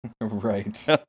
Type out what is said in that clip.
Right